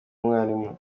umwarimu